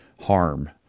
Harm